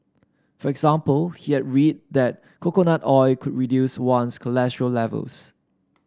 for example he had read that coconut oil could reduce one's cholesterol levels